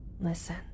Listen